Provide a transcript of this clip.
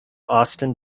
austin